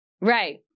right